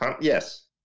yes